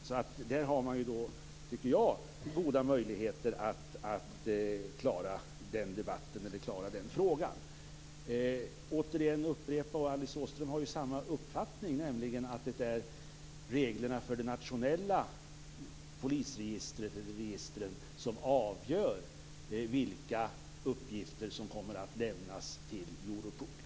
Jag tycker att man har goda möjligheter att klara den frågan där. Låt mig sedan återigen upprepa - och Alice Åström har ju samma uppfattning - att det är reglerna för de nationella polisregistren som avgör vilka uppgifter som kommer att lämnas till Europol.